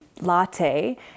latte